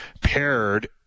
paired